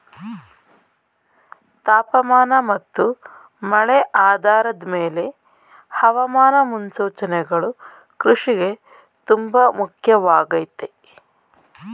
ತಾಪಮಾನ ಮತ್ತು ಮಳೆ ಆಧಾರದ್ ಮೇಲೆ ಹವಾಮಾನ ಮುನ್ಸೂಚನೆಗಳು ಕೃಷಿಗೆ ತುಂಬ ಮುಖ್ಯವಾಗಯ್ತೆ